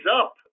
up